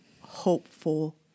hopeful